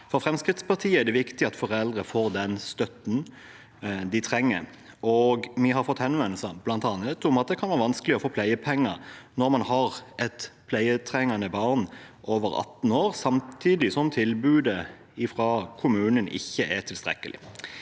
For Fremskrittspartiet er det viktig at foreldre får den støtten de trenger. Vi har fått henvendelser om at det bl.a. kan være vanskelig å få pleiepenger når man har et pleietrengende barn over 18 år samtidig som tilbudet fra kommunen ikke er tilstrekkelig.